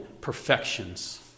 perfections